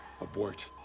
ABORT